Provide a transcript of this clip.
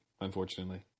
unfortunately